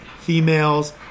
females